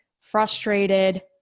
frustrated